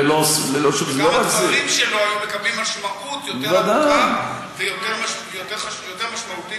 גם הדברים שלו היו מקבלים משמעות יותר עמוקה ויותר משמעותית,